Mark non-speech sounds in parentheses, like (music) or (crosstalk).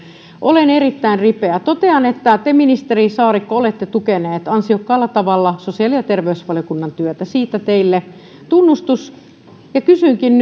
olen erittäin ripeä totean että te ministeri saarikko olette tukenut ansiokkaalla tavalla sosiaali ja terveysvaliokunnan työtä siitä teille tunnustus kysynkin (unintelligible)